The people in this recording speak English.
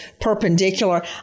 perpendicular